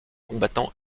combattant